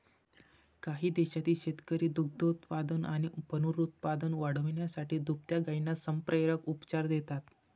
काही देशांतील शेतकरी दुग्धोत्पादन आणि पुनरुत्पादन वाढवण्यासाठी दुभत्या गायींना संप्रेरक उपचार देतात